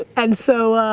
and so,